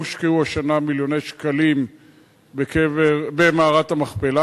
לא הושקעו השנה מיליוני שקלים במערת המכפלה.